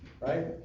Right